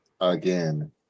again